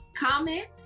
Comment